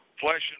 Flesh